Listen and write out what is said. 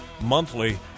monthly